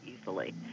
easily